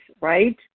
right